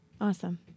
Awesome